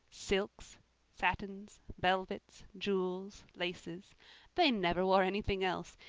silks satins velvets jewels laces they never wore anything else.